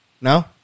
No